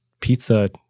pizza